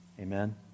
Amen